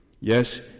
Yes